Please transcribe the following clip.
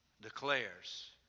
declares